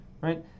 right